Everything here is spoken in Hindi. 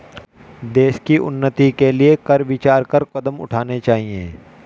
देश की उन्नति के लिए कर विचार कर कदम उठाने चाहिए